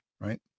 right